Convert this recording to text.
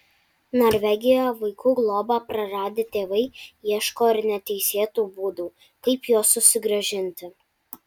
norvegijoje vaikų globą praradę tėvai ieško ir neteisėtų būdų kaip juos susigrąžinti